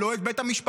לא את בית המשפט,